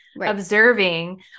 observing